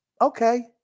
Okay